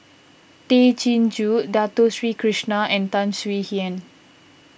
Tay Chin Joo Dato Sri Krishna and Tan Swie Hian